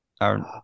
Aaron